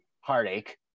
heartache